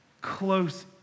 close